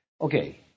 Okay